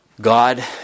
God